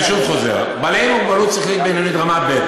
אני שוב חוזר: בעלי מוגבלות שכלית בינונית רמה ב',